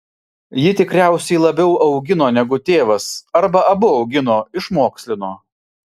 ji tikriausiai labiau augino negu tėvas arba abu augino išmokslino